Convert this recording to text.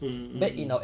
mm mm mm